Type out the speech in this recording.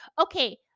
Okay